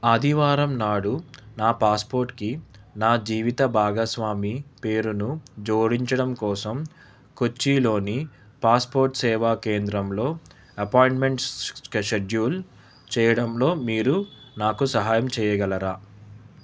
ఆదివారం నాడు నా పాస్పోర్ట్కి నా జీవిత భాగస్వామి పేరును జోడించడం కోసం కొచ్చిలోని పాస్పోర్ట్ సేవా కేంద్రంలో అపాయింట్మెంట్ షెడ్యూల్ చేయడంలో మీరు నాకు సహాయం చేయగలరా